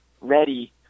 ready